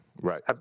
right